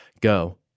go